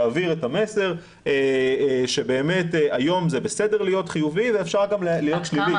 להעביר את המסר שבאמת היום זה בסדר להיות חיובי ואפשר גם להיות שלילי.